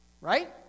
Right